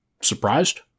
surprised